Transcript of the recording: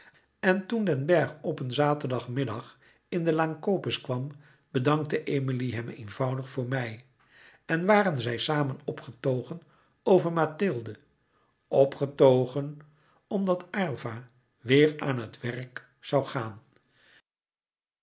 en toen den bergh op een zaterdagmiddag in de laan copes kwam bedankte emilie hem eenvoudig voor mei en waren zij samen opgetogen over mathilde opgetogen omdat aylva weêr aan het werk zoû gaan